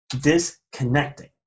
Disconnecting